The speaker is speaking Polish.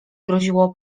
groziło